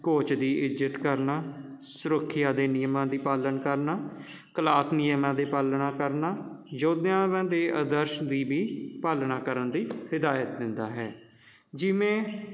coach ਦੀ ਇੱਜ਼ਤ ਕਰਨਾ ਸੁਰੱਖਿਆ ਦੇ ਨਿਯਮਾਂ ਦੀ ਪਾਲਣਾ ਕਰਨਾ ਕਲਾਸ ਨਿਯਮਾਂ ਦੀ ਪਾਲਣਾ ਕਰਨਾ ਯੋਧਿਆਵਾਂ ਦੇ ਆਦਰਸ਼ ਦੀ ਵੀ ਪਾਲਣਾ ਕਰਨ ਦੀ ਹਿਦਾਇਤ ਦਿੰਦਾ ਹੈ ਜਿਵੇਂ